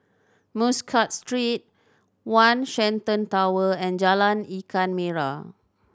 Muscat Street One Shenton Tower and Jalan Ikan Merah